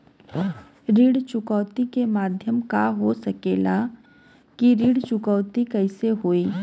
ऋण चुकौती के माध्यम का हो सकेला कि ऋण चुकौती कईसे होई?